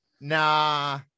Nah